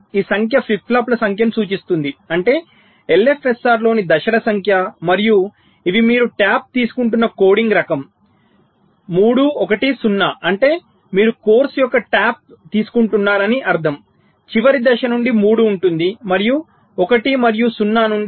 ఈ సంఖ్య ఫ్లిప్ ఫ్లాప్ల సంఖ్యను సూచిస్తుంది అంటే LFSR లోని దశల సంఖ్య మరియు ఇవి మీరు ట్యాప్ తీసుకుంటున్న కోడింగ్ రకం 3 1 0 అంటే మీరు కోర్సు యొక్క ట్యాప్ తీసుకుంటున్నారని అర్థం చివరి దశ నుండి 3 ఉంటుంది మరియు 1 మరియు 0 నుండి